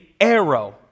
arrow